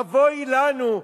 אבוי לנו,